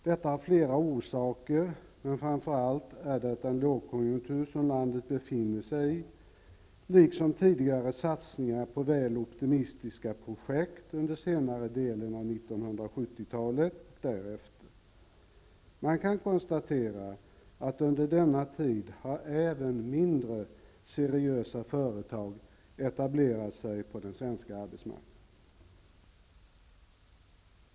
Detta har flera orsaker, men framför allt beror det på den lågkonjunktur som landet befinner sig i liksom på tidigare satsningar på väl optimistiska projekt under senare delen av 1970-talet och därefter. Man kan konstatera att under denna tid har även mindre seriösa företag etablerat sig på den svenska arbetsmarknaden.